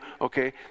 Okay